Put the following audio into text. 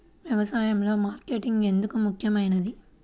వ్యసాయంలో మార్కెటింగ్ ఎందుకు ముఖ్యమైనది?